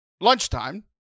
lunchtime